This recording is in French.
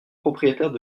propriétaires